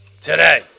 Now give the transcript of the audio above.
Today